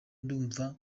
ndumva